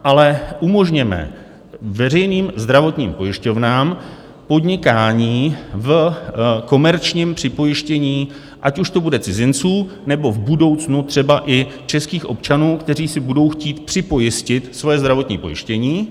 Ale umožněme veřejným zdravotním pojišťovnám podnikání v komerčním připojištění, ať už to bude cizinců, nebo v budoucnu i třeba českých občanů, kteří si budou chtít připojistit svoje zdravotní pojištění.